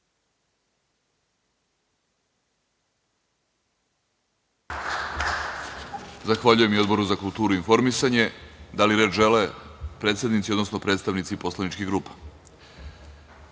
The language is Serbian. Zahvaljujem i Odboru za kulturu i informisanje. Da li reč žele predsednici, odnosno predstavnici poslaničkih grupa?